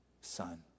son